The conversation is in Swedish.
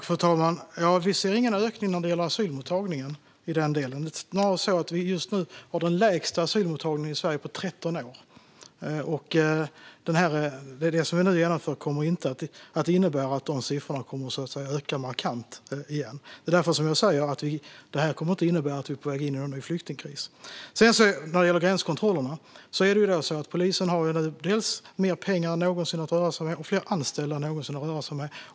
Fru talman! Vi ser ingen ökning av asylmottagningen i den delen. Det är snarare så att vi just nu har den lägsta asylmottagningen i Sverige på 13 år, och det vi nu genomför kommer inte att innebära att de siffrorna kommer att öka markant igen. Det är därför jag säger att detta inte kommer att innebära att vi är på väg in i någon ny flyktingkris. När det gäller gränskontrollerna har polisen nu dels mer pengar än någonsin att röra sig med, dels fler anställda än någonsin att röra sig med.